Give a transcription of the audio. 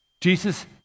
Jesus